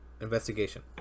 Investigation